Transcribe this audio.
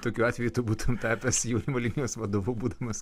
tokiu atveju tu būtum tapęs jausmo linijos vadovu būdamas